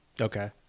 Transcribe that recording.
Okay